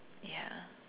ya